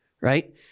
right